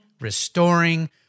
restoring